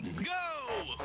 go!